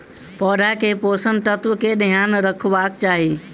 पौधा के पोषक तत्व के ध्यान रखवाक चाही